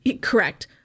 Correct